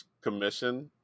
commission